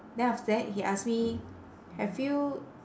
then after that he ask me have you